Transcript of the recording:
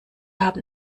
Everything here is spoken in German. haben